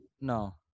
No